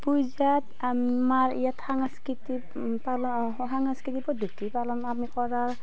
পূজাত আমাৰ ইয়াত সাংস্কৃতিক পালন সাংস্কৃতিক বপদ্ধতি পালন আমি কৰা